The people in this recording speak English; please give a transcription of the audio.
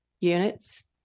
units